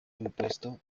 impuesto